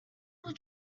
will